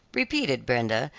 repeated brenda,